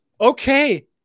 Okay